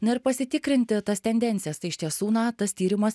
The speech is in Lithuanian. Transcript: na ir pasitikrinti tas tendencijas tai iš tiesų na tas tyrimas